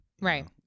right